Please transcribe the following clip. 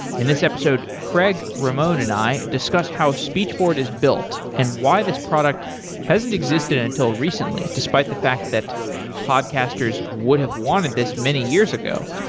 in this episode, craig, ramon and i discuss how speechboard is built and why this product hasn't existed until recently despite the fact that podcasters would have wanted this many years ago.